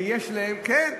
כן,